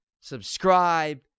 subscribe